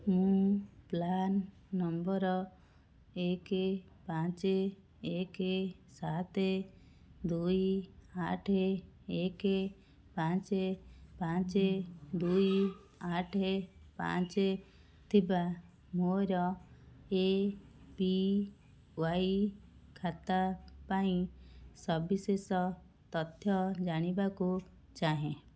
ମୁଁ PRAN number ଏକ ପାଞ୍ଚ ଏକ ସାତ ଦୁଇ ଆଠ ଏକ ପାଞ୍ଚ ପାଞ୍ଚ ଦୁଇ ଆଠ ପାଞ୍ଚ ଥିବା ମୋର ଏ ପି ୱାଇ ଖାତା ପାଇଁ ସବିଶେଷ ତଥ୍ୟ ଜାଣିବାକୁ ଚାହେଁ